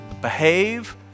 behave